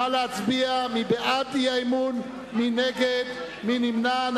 נא להצביע מי בעד האי-אמון, מי נגד, מי נמנע.